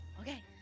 Okay